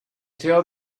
tell